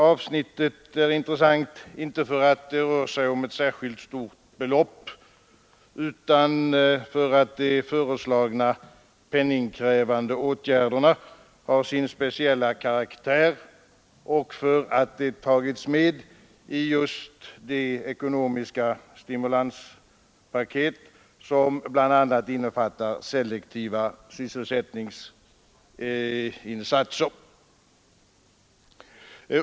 Avsnittet är intressant inte därför att det rör sig om ett särskilt stort belopp utan därför att de föreslagna penningkrävande åtgärderna har sin speciella karaktär och att de tagits med i just det ekonomiska stimulanspaket som bl.a. innefattar selektiva sysselsättningsinsatser.